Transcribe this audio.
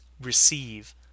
receive